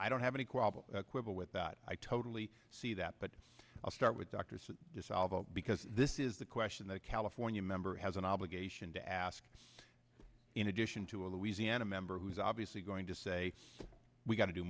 i don't have any qualms quibble with that i totally see that but i'll start with doctors to solve because this is the question that california member has an obligation to ask in addition to a louisiana member who's obviously going to say we've got to do